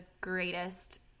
greatest